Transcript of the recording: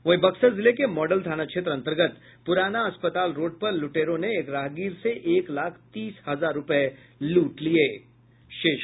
वहीं बक्सर जिले के मॉडल थाना क्षेत्र अंतर्गत पुराना अस्पताल रोड पर लुटेरों ने एक राहगीर से एक लाख तीस हजार रूपये लूट लिये